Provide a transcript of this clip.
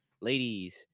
ladies